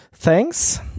Thanks